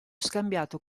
scambiato